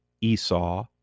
Esau